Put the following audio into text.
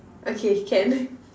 okay can